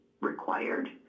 required